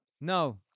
No